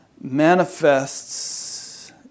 manifests